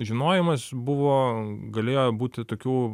žinojimas buvo galėjo būti tokių